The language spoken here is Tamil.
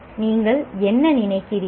நீங்கள் என்ன நினைக்கறீர்கள்